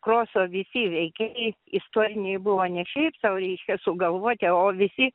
kroso visi veikėjai istoriniai buvo ne šiaip sau reiškia sugalvoti o visi